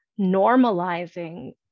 normalizing